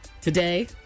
today